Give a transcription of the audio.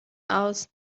aus